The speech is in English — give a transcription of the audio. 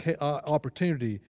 opportunity